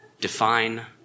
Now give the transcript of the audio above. Define